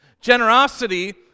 Generosity